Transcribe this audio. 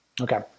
okay